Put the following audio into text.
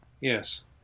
Yes